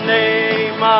name